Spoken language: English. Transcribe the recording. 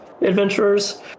adventurers